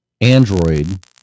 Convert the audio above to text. Android